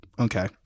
Okay